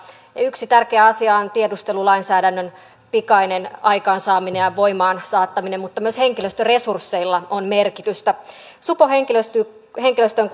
ja yksi tärkeä asia on tiedustelulainsäädännön pikainen aikaansaaminen ja voimaan saattaminen mutta myös henkilöstöresursseilla on merkitystä supon henkilöstöön henkilöstöön